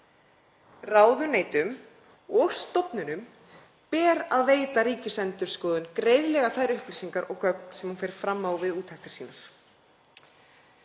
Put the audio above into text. Ráðuneytum og stofnunum ber að veita Ríkisendurskoðun greiðlega þær upplýsingar og gögn sem hún fer fram á við úttektir sínar.